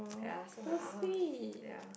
ya so my ah ma's ya